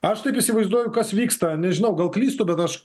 aš taip įsivaizduoju kas vyksta nežinau gal klystu bet aš